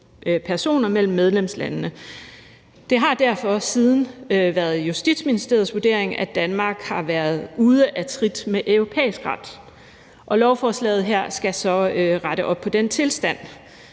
personer mellem medlemslandene. Det har derfor siden været Justitsministeriets vurdering, at Danmark har været ude af trit med europæisk ret. Lovforslaget her skal så rette op på den tilstand.